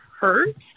hurts